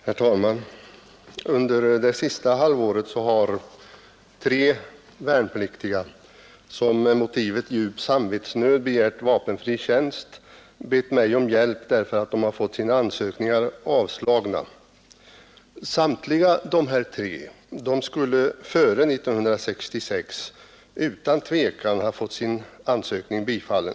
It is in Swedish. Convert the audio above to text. Herr talman! Under det senaste halvåret har tre värnpliktiga som med motivet djup samvetsnöd begärt vapenfri tjänst bett mig om hjälp därför att de fått sina ansökningar avslagna. Samtliga dessa tre skulle före 1966 utan tvivel ha fått sina avsökningar bifallna.